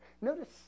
Notice